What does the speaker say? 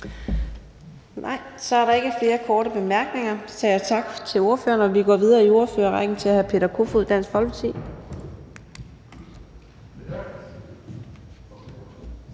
Så er der ikke flere korte bemærkninger. Vi siger tak til ordføreren og går videre i ordførerrækken til hr. Peter Kofod, Dansk Folkeparti.